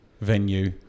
venue